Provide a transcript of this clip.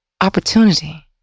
opportunity